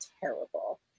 terrible